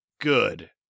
good